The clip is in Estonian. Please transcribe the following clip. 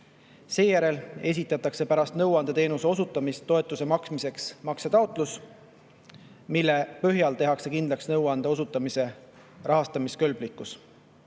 Seejärel, pärast nõuandeteenuse osutamist esitatakse toetuse maksmiseks maksetaotlus, mille põhjal tehakse kindlaks nõuande osutamise rahastamiskõlblikkus.